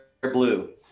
blue